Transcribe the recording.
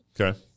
Okay